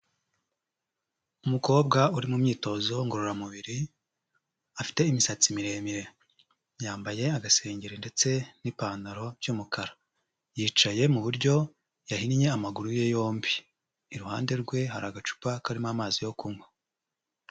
Umukobwa uri mu myitozo ngororamubiri, afite imisatsi miremire, yambaye agasengero ndetse n'ipantaro by'umukara. Yicaye mu buryo yahinnye amaguru ye yombi. Iruhande rwe hari agacupa karimo amazi yo kunywa.